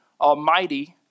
almighty